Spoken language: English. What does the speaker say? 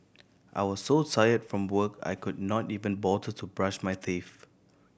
I was so tired from work I could not even bother to brush my teeth